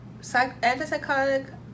antipsychotic